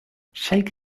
shake